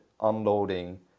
unloading